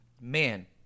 man